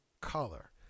color